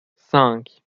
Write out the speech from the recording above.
cinq